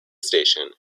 station